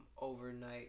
overnight